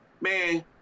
Man